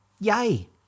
yay